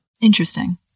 Interesting